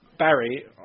Barry